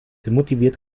motiviert